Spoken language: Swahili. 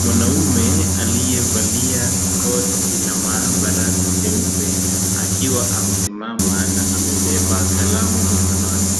Mwanaume aliyevalia koti la maabara nyeupe, akiwa amesimama na amebeba kalamu mkononi,